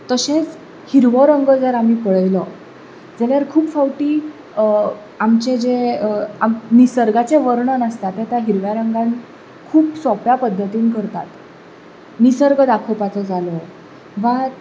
तशेंच हिरवो रंग जर आमी पळयलो जाल्यार खूब फावटी आमचें जें निसर्गाचें वर्णन आसता तें त्या हिरव्या रंगान खूब सोंप्या पद्दतीन करतात निसर्ग दाखोवपाचो जालो वा